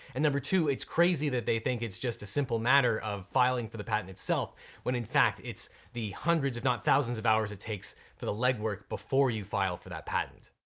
and number two, it's crazy that they think it's just a simple matter of filing for the patent itself when in fact it's the hundreds if not thousands of hours it takes for the leg work before you file for that patent.